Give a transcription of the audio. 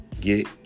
get